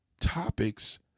topics